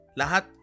lahat